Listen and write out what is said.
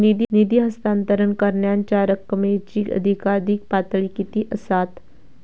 निधी हस्तांतरण करण्यांच्या रकमेची अधिकाधिक पातळी किती असात?